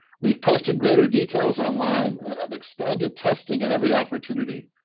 we have posted greater details on-line and have expanded testing at every opportunity.